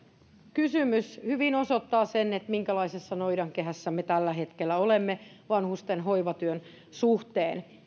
kysymys hyvin osoittaa sen minkälaisessa noidankehässä me tällä hetkellä olemme vanhusten hoivatyön suhteen